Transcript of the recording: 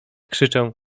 krzyczę